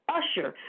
Usher